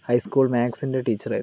high school മാത്സിൻ്റെ ടീച്ചറായിരുന്നു